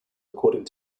according